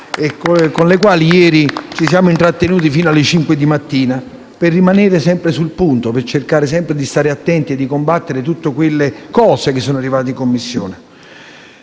Con loro ieri ci siamo intrattenuti fino alle cinque di mattina per rimanere sempre sul punto, per cercare sempre di stare attenti e di combattere tutte le cose che sono arrivate in Commissione.